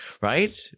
Right